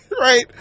Right